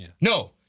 No